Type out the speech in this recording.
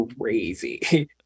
crazy